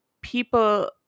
people